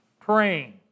praying